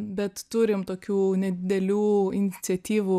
bet turim tokių nedidelių iniciatyvų